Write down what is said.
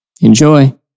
Enjoy